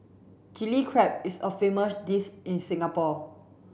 Chilli Crab is a famous dish in Singapore